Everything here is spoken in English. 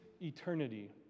eternity